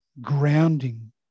grounding